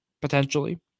Potentially